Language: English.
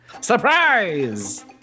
Surprise